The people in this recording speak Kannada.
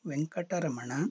ವೆಂಕಟರಮಣ